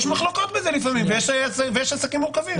יש מחלוקות בזה לפעמים, ויש עסקים מורכבים.